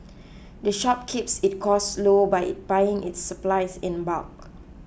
the shop keeps its costs low by buying its supplies in bulk